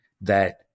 that-